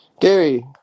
Gary